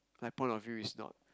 like point of view is not